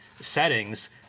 settings